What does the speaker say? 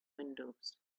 windows